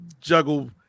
juggle